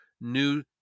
new